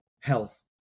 health